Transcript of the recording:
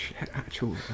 actual